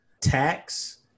tax